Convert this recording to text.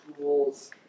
tools